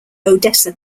odessa